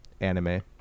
anime